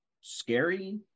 scary